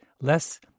less